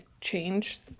change